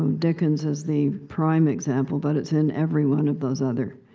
um dickens is the prime example, but it's in every one of those other.